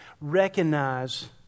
recognize